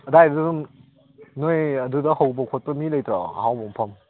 ꯑꯗꯥꯏꯗ ꯑꯗꯨꯝ ꯅꯣꯏ ꯑꯗꯨꯗ ꯍꯧꯕ ꯈꯣꯠꯄ ꯃꯤ ꯂꯩꯕ꯭ꯔꯣ ꯑꯍꯥꯎꯕ ꯃꯐꯝ